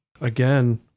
again